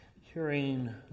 hearing